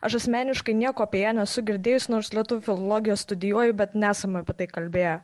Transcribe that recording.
aš asmeniškai nieko apie ją nesu girdėjus nors lietuvių filologiją studijuoju bet nesame apie tai kalbėję